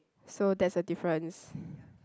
so that's the difference